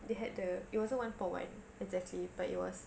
they had the it wasn't one one exactly but it was